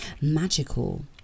magical